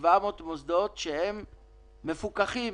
700 המוסדות המפוקחים